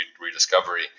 rediscovery